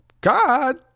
God